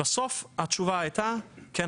בסוף התשובה הייתה "כן,